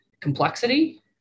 complexity